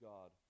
God